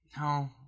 No